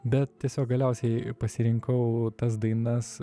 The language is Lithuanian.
bet tiesiog galiausiai pasirinkau tas dainas